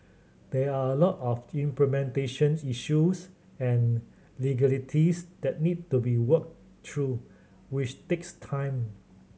there are a lot of implementations issues and legalities that need to be worked through which takes time